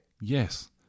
Yes